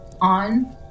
on